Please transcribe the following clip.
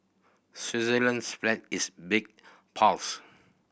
Switzerland's flag is big pose